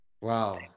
Wow